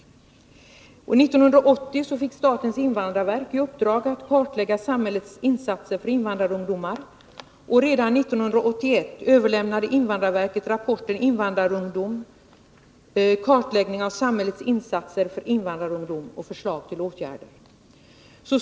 1980 fick statens invandrarverk i uppdrag att kartlägga samhällets insatser för invandrarungdomar, och redan 1981 överlämnade invandrarverket rapporten Invandrarungdom — kartläggning av samhällets insatser för invandrarungdom och förslag till åtgärder.